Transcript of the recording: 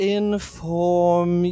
inform